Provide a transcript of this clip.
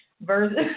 versus